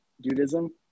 Judaism